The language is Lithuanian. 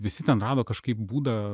visi ten rado kažkaip būdą